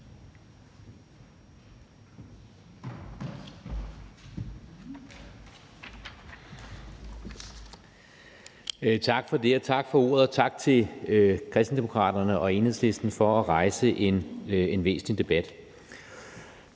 Tak for det, og tak for ordet. Tak til Kristendemokraterne og Enhedslisten for at rejse en væsentlig debat.